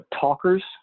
talkers